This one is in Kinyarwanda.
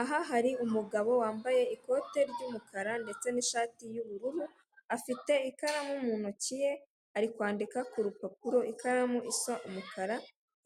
Aha hari umugabo wambaye ikote ry'umukara ndetse n'ishati y'ubururu, afite ikaramu mu ntoki ye ari kwandika ku rupapuro ikaramu isa umukara.